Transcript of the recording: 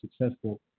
successful